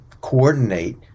coordinate